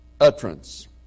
utterance